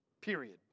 Period